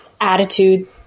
attitude